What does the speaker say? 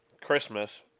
Christmas